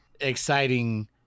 exciting